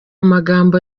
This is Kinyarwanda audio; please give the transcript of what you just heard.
amagambo